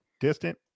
Distant